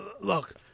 Look